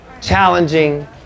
challenging